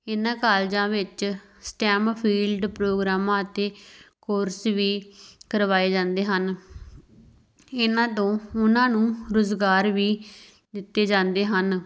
ਇਹਨਾਂ ਕਾਲਜਾਂ ਵਿੱਚ ਸਟੈਮ ਫੀਲਡ ਪ੍ਰੋਗਰਾਮਾਂ ਅਤੇ ਕੋਰਸ ਵੀ ਕਰਵਾਏ ਜਾਂਦੇ ਹਨ ਇਹਨਾਂ ਤੋਂ ਉਹਨਾਂ ਨੂੰ ਰੁਜ਼ਗਾਰ ਵੀ ਦਿੱਤੇ ਜਾਂਦੇ ਹਨ